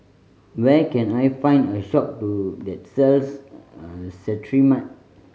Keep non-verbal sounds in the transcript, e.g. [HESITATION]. where can I find a shop to that sells [HESITATION] Cetrimide